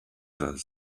does